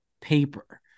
paper